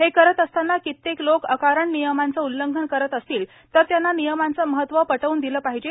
हे करत असताना कित्येक लोक अकारण नियमांचे उल्लघन करत असतील तर त्यांना नियमांचे महत्त्व पटवून दिले पाहिजे